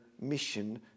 mission